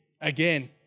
again